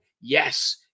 Yes